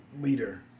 leader